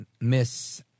Miss